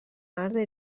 مرد